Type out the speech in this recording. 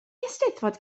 eisteddfod